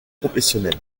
professionnel